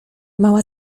mała